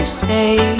stay